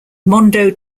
mondo